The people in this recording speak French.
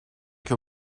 que